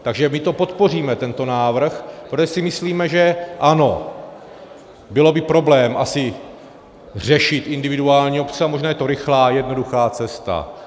Takže my to podpoříme, tento návrh, protože si myslíme, že ano, byl by problém asi řešit individuální obce, a možná je to rychlá, jednoduchá cesta.